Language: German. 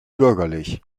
bürgerlich